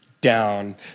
down